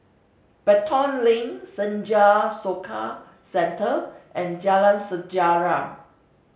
Pelton Link Senja Soka Centre and Jalan Sejarah